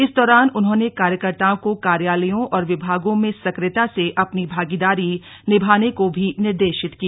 इस दौरान उन्होंने कार्यकर्ताओं को कार्यालयों और विभागों में सक्रियता से अपनी भागीदारी निभाने को भी निर्देशित किया